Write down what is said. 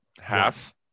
Half